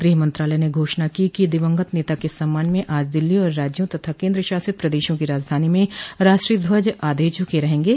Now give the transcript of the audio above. गृहमंत्रालय ने घोषणा की है कि दिवंगत नेता के सम्मान में आज दिल्ली और राज्यों तथा केन्द्र शासित प्रदेशों की राजधानी में राष्ट्रीय ध्वज आधे झूके रहेंगे